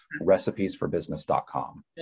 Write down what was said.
recipesforbusiness.com